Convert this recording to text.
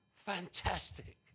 Fantastic